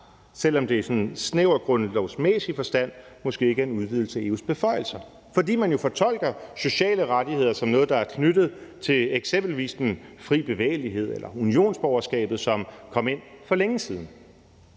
selv om det sådan i en snæver grundlovsmæssig forstand måske ikke er en udvidelse af EU's beføjelser, fordi man jo fortolker sociale rettigheder som noget, der er knyttet til eksempelvis den fri bevægelighed eller unionsborgerskabet, som kom ind for længe siden.